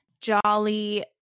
jolly